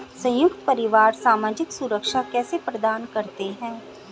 संयुक्त परिवार सामाजिक सुरक्षा कैसे प्रदान करते हैं?